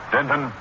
Denton